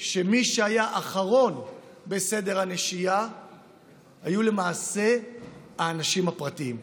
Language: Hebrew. שמי שהיה אחרון בסדר הנשייה היו למעשה האנשים הפרטיים,